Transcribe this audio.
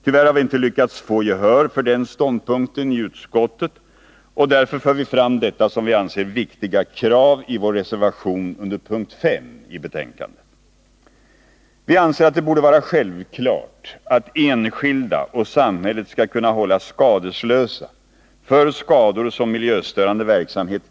Tyvärr har vi inte lyckats få gehör för den ståndpunkten i utskottet, och därför för vi fram detta som vi anser viktiga krav i vår reservation under punkt 5 i betänkandet. Vi anser att det borde vara självklart att enskilda och samhället skall kunna hållas skadeslösa när det gäller skador förorsakade av miljöstörande verksamhet.